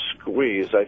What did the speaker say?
squeeze